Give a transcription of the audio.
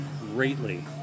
greatly